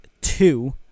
two